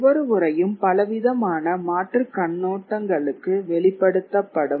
ஒவ்வொரு உரையும் பலவிதமான மாற்றுக் கண்ணோட்டங்களுக்கு வெளிப்படுத்தப்படும்